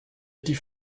die